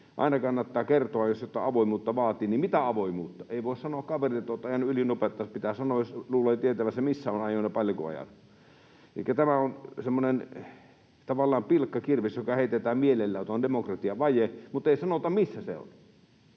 Aina kannattaa kertoa, jos jotain avoimuutta vaatii, että mitä avoimuutta. Ei voi sanoa kaverille, että olet ajanut ylinopeutta, vaan pitää sanoa, jos luulee tietävänsä, missä on ajanut ja paljonko. Elikkä tämä on semmoinen tavallaan pilkkakirves, joka heitetään mielellään, että on demokratiavaje, mutta ei sanota missä se on.